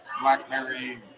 Blackberry